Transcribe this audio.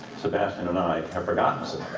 sebastian and i had forgotten some